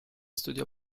studiò